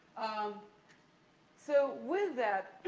um so, with that,